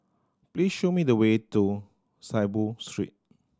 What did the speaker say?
please show me the way to Saiboo Street